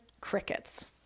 crickets